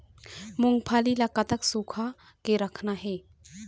मूंगफली ला कतक सूखा के रखना हे?